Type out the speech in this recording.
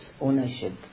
ownership